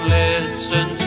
listen